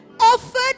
offered